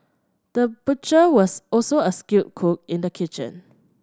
the butcher was also a skilled cook in the kitchen